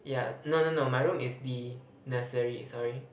yeah no no no my room is the nursery sorry